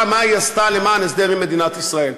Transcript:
מה היא עשתה למען הסדר עם מדינת ישראל.